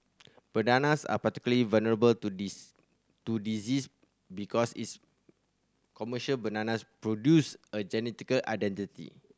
bananas are particularly vulnerable to this to disease because its commercial bananas produced are genetical identical